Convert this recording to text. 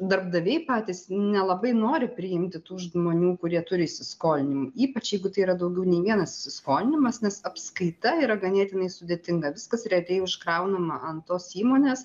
darbdaviai patys nelabai nori priimti tų žmonių kurie turi įsiskolinimų ypač jeigu tai yra daugiau nei vienas skolinimas nes apskaita yra ganėtinai sudėtinga viskas realiai užkraunama ant tos įmonės